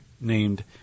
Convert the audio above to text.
named